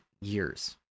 years